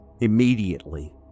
Immediately